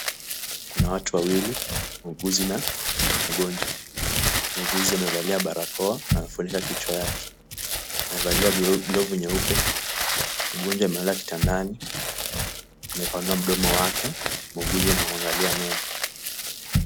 Kuna watu wawili, muuguzi na mgonjwa. Muuguzi amevalia barakoa na amefunika kichwa yake. Amevalia glovu nyeupe. Mgonjwa amelala kitandani, amepanua mdomo wake, muuguzi anamwangalia meno.